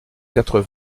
quatre